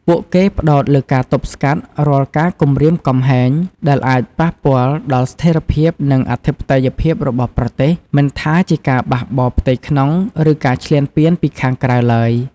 ពួកគេផ្តោតលើការទប់ស្កាត់រាល់ការគំរាមកំហែងដែលអាចប៉ះពាល់ដល់ស្ថេរភាពនិងអធិបតេយ្យភាពរបស់ប្រទេស មិនថាជាការបះបោរផ្ទៃក្នុង ឬការឈ្លានពានពីខាងក្រៅឡើយ។